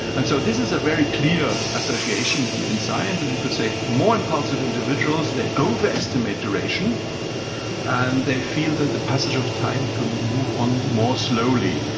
and so this is a very clear association in in science and you could say more impulsive individuals, they overestimate duration and they feel that the passage of time to move on more slowly,